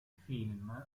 film